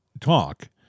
talk